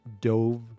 dove